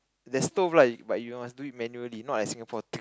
there's stove lah but you must do it manually not like Singapore